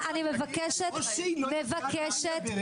אני מבקשת לא להתפרץ.